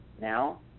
Now